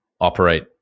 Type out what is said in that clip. operate